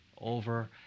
over